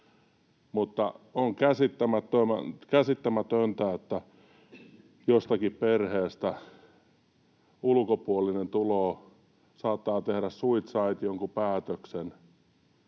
Mutta on käsittämätöntä, että jostakin perheestä ulkopuolinen saattaa tehdä suitsait jonkun päätöksen.